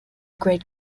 great